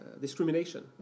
discrimination